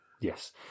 Yes